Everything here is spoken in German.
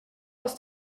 aus